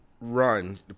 Run